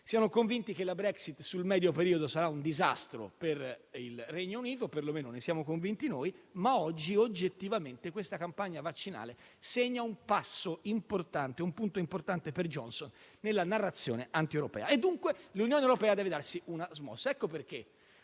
di noi, che la Brexit, sul medio periodo sarà un disastro per il Regno Unito: perlomeno, ne siamo convinti noi. Oggi, però, oggettivamente questa campagna vaccinale segna un punto importante per Johnson nella narrazione antieuropea. Dunque, l'Unione europea deve darsi una smossa. Ecco perché